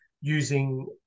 using